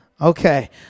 Okay